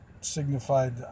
signified